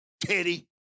Teddy